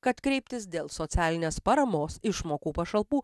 kad kreiptis dėl socialinės paramos išmokų pašalpų